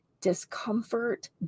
discomfort